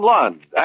Lund